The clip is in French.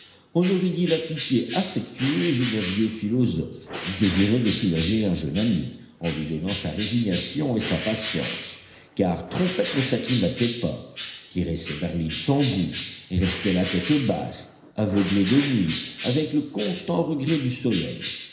on aurait dit la pitié affectueuse d'un vieux philosophe désireux de soulager un jeune ami en lui donnant sa résignation et sa patience car trompette ne s'acclimatait pas tirait ses berlines sans goût restait la tête basse aveuglé de nuit avec le constant regret du soleil